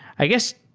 i guess,